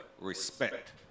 respect